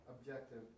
objective